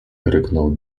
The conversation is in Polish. ryknął